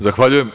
Zahvaljujem.